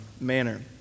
manner